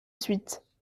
suite